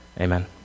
Amen